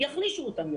יחלישו אותן יותר.